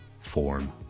form